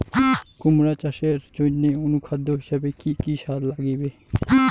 কুমড়া চাষের জইন্যে অনুখাদ্য হিসাবে কি কি সার লাগিবে?